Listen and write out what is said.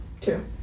Two